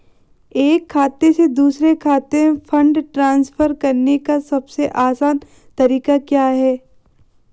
एक खाते से दूसरे खाते में फंड ट्रांसफर करने का सबसे आसान तरीका क्या है?